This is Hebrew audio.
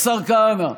השר כהנא,